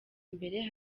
mbere